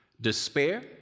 Despair